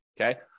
okay